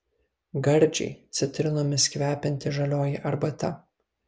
gardžiai citrinomis kvepianti žalioji arbata